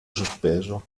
sospeso